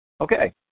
Okay